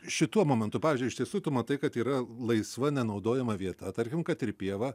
šituo momentu pavyzdžiui iš tiesų tu matai kad yra laisva nenaudojama vieta tarkim kad ir pieva